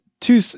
two